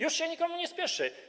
Już się nikomu nie spieszy.